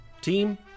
Team